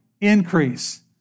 increase